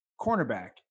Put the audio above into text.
cornerback